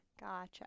Gotcha